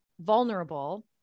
vulnerable